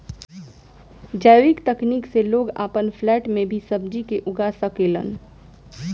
जैविक तकनीक से लोग आपन फ्लैट में भी सब्जी के उगा सकेलन